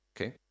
okay